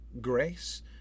grace